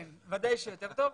כן, ודאי שיותר טוב.